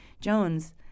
Jones